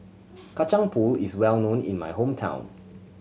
Kacang Pool is well known in my hometown